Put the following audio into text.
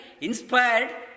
inspired